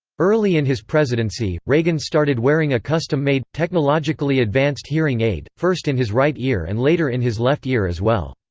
early in his presidency, reagan started wearing a custom-made, technologically advanced hearing aid, first in his right ear and later in his left ear as well.